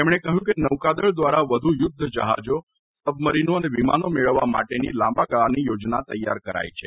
તેમણે કહ્યું કે નૌકાદળ દ્વારા વધુ યુદ્ધ જહાજો સબમરીનો અને વિમાનો મેળવવા માટેની લાંબા ગાળાની યોજના તૈયાર કરાઈ છે